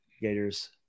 Gators